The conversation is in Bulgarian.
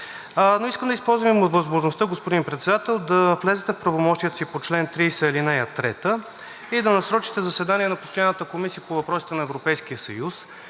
Но искам да използвам възможността, господин Председател, да влезете в правомощията си по чл. 30, ал. 3 и да насрочите заседание на постоянната Комисия по въпросите на Европейския съюз,